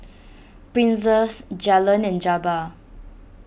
Princess Jalen and Jabbar